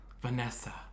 vanessa